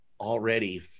already